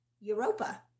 Europa